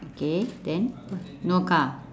okay then no car